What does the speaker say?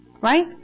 Right